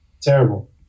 Terrible